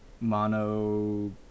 mono